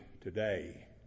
today